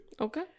okay